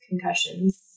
concussions